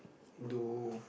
do